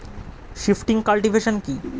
Shifting cultivation কি?